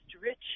rich